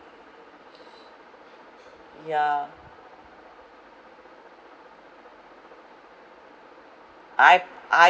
yeah I I